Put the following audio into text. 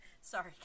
Sorry